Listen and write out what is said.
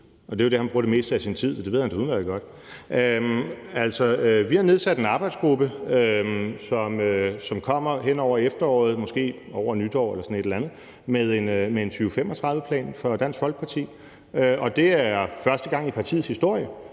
det er jo der, han bruger det meste af sin tid, så det ved han da udmærket godt. Altså, vi har nedsat en arbejdsgruppe, som kommer hen over efteråret, måske over nytår eller sådan et eller andet, med en 2035-plan fra Dansk Folkepartis side. Og det er første gang i partiets historie,